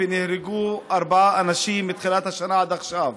ונהרגו ארבעה אנשים מתחילת השנה עד עכשיו.